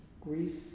griefs